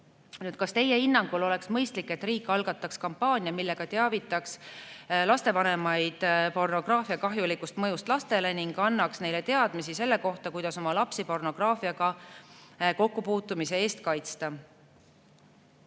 "Kas Teie hinnangul oleks mõistlik, et riik algataks kampaania, millega teavitaks lastevanemaid pornograafia kahjulikust mõjust lastele ning annaks neile teadmisi selle kohta, kuidas oma lapsi pornograafiaga kokkupuutumise eest kaitsta?"